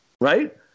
right